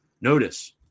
Notice